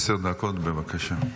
עשר דקות, בבקשה.